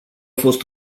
fost